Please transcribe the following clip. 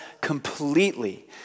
completely